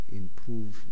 improve